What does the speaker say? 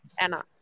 Anna